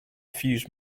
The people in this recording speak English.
fuse